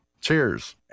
Cheers